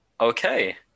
Okay